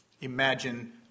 Imagine